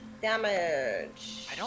Damage